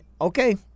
okay